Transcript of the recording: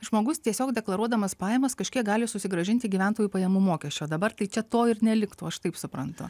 žmogus tiesiog deklaruodamas pajamas kažkiek gali susigrąžinti gyventojų pajamų mokesčio dabar tai čia to ir neliktų aš taip suprantu